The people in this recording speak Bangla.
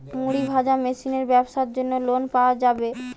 মুড়ি ভাজা মেশিনের ব্যাবসার জন্য লোন পাওয়া যাবে?